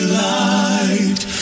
light